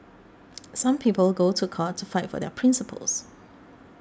some people go to court to fight for their principles